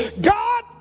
God